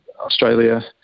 Australia